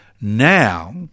Now